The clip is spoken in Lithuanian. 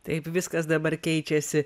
taip viskas dabar keičiasi